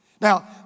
Now